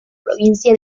provincia